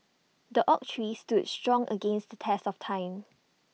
the oak tree stood strong against the test of time